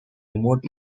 remote